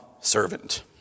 servant